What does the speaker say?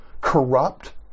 Corrupt